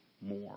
more